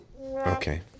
Okay